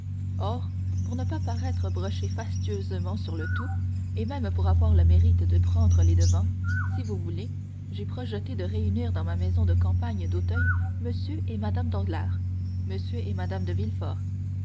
or pour ne pas paraître brocher fastueusement sur le tout et même pour avoir le mérite de prendre les devants si vous voulez j'ai projeté de réunir dans ma maison de campagne d'auteuil m et mme danglars m et mme de